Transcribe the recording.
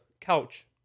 couch